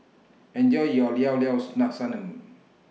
Enjoy your Llao Llao Sanum